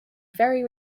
very